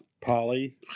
Polly